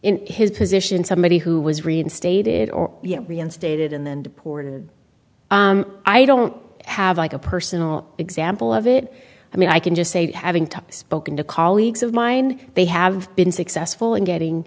in his position somebody who was reinstated or reinstated and then deported i don't have a personal example of it i mean i can just say that having to spoken to colleagues of mine they have been successful in getting